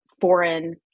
foreign